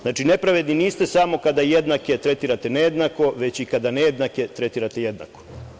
Znači, nepravedni niste samo kada jednake tretirate nejednako, već i kada nejednake tretirate jednako.